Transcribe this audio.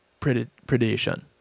predation